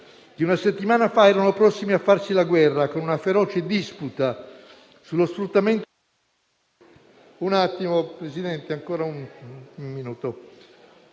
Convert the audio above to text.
che una settimana fa erano prossime a farsi la guerra per una feroce disputa sullo sfruttamento...